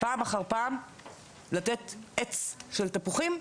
פעם אחר פעם לתת עץ של תפוחים,